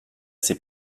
ses